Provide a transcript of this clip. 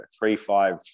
three-five